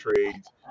trades